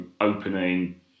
opening